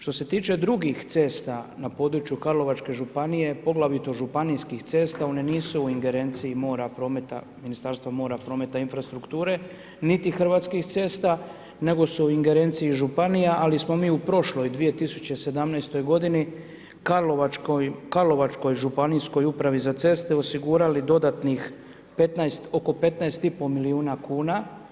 Što se tiče drugih cesta na području Karlovačke županije, poglavito županijskih cesta one nisu u ingerenciji Ministarstva mora, prometa i infrastrukture, niti Hrvatskih cesta nego su u ingerenciji županija, ali smo mi u prošloj 2017. godini Karlovačkoj županijskoj upravi za ceste osigurali dodatnih oko 15,5 milijuna kuna.